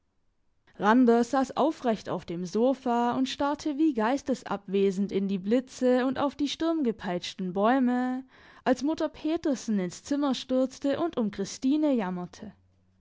randers sass aufrecht auf dem sofa und starrte wie geistesabwesend in die blitze und auf die sturmgepeitschten bäume als mutter petersen ins zimmer stürzte und um christine jammerte